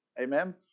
Amen